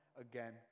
again